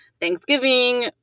Thanksgiving